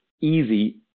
easy